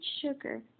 sugar